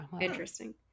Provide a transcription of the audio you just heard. interesting